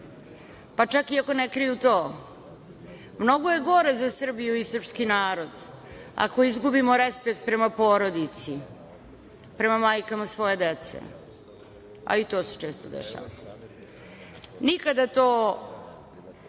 pa čak i ako ne kriju to. Mnogo je gore za Srbiju i srpski narod ako izgubimo respekt prema porodici, prema majkama svoje dece, a i to se često dešava. Nikada to